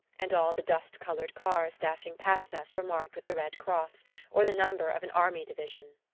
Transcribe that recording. and all the dust-coloured cars dashing past us were marked with the red cross or the number of an army division.